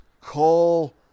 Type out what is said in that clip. call